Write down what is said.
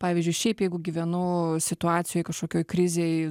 pavyzdžiui šiaip jeigu gyvenu situacijoj kažkokioj krizėj